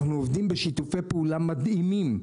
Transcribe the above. אנחנו עובדים בשיתופי פעולה מדהימים,